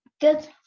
Good